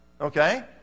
Okay